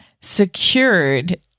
secured